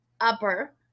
upper